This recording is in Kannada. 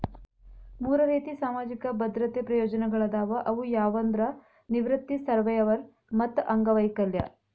ಮೂರ್ ರೇತಿ ಸಾಮಾಜಿಕ ಭದ್ರತೆ ಪ್ರಯೋಜನಗಳಾದವ ಅವು ಯಾವಂದ್ರ ನಿವೃತ್ತಿ ಸರ್ವ್ಯವರ್ ಮತ್ತ ಅಂಗವೈಕಲ್ಯ